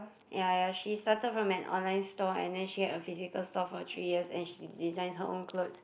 ya ya she started from an online store and then she had a physical store for three years and she designs her own cloth